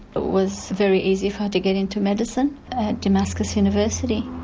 it was very easy for her to get into medicine at damascus university.